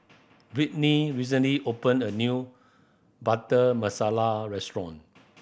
Brittni recently opened a new Butter Masala restaurant